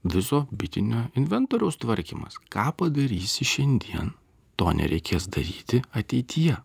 viso bitinio inventoriaus tvarkymas ką padarysi šiandien to nereikės daryti ateityje